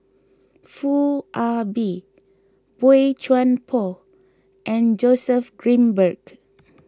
Foo Ah Bee Boey Chuan Poh and Joseph Grimberg